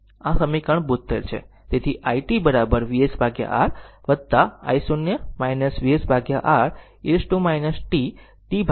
આ સમીકરણ 72 છે તેથી it VsR i0 VsR e t tτ